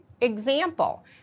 Example